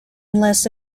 unless